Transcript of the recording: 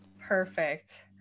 Perfect